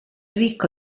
ricco